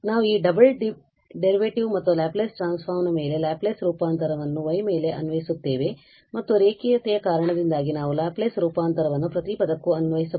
ಆದ್ದರಿಂದ ನಾವು ಈ ಡಬಲ್ ಡೆರಿವೇಟಿವ್ ಮತ್ತು ಲ್ಯಾಪ್ಲೇಸ್ ಟ್ರಾನ್ಸ್ ಫಾರ್ಮ್ ಮೇಲೆ ಲ್ಯಾಪ್ಲೇಸ್ ರೂಪಾಂತರವನ್ನು y ಮೇಲೆ ಅನ್ವಯಿಸುತ್ತೇವೆ ಮತ್ತು ರೇಖೀಯತೆಯ ಕಾರಣದಿಂದಾಗಿ ನಾವು ಲ್ಯಾಪ್ಲೇಸ್ ರೂಪಾಂತರವನ್ನು ಪ್ರತಿ ಪದಕ್ಕೂ ಅನ್ವಯಿಸಬಹುದು